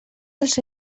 els